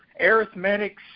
arithmetic